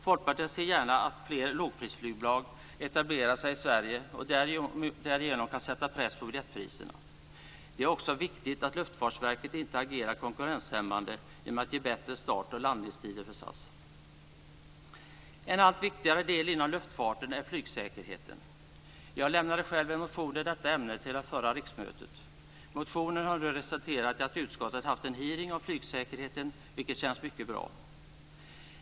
Folkpartiet ser gärna att fler lågprisflygbolag etablerar sig i Sverige och därigenom sätter press på biljettpriserna. Det är också viktigt att Luftfartsverket inte agerar konkurrenshämmande genom att ge bättre start och landningstider till SAS. En allt viktigare del inom luftfarten är flygsäkerheten. Jag lämnade själv en motion i detta ämne till det förra riksmötet. Motionen har resulterat i att utskottet haft en hearing om flygsäkerheten, vilket känns mycket bra.